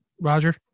Roger